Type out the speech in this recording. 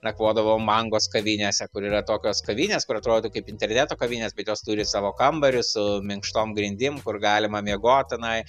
nakvodavom mangos kavinėse kur yra tokios kavinės kur atrodo kaip interneto kavinės bet jos turi savo kambarį su minkštom grindim kur galima miegot tenai